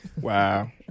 Wow